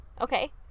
okay